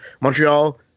Montreal